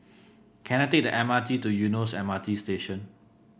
can I take the M R T to Eunos M R T Station